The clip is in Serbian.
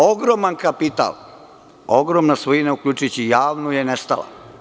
Ogroman kapital, ogromna svojina, uključujući i javna je nestala.